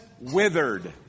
withered